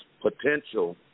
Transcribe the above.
potential